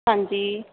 ਹਾਂਜੀ